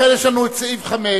לכן, יש לנו סעיף 5,